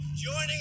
Joining